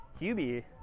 Hubie